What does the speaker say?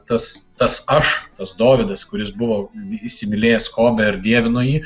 tas tas aš tas dovydas kuris buvo įsimylėjęs kobį ir dievino jį